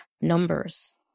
numbers